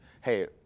hey